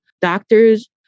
doctors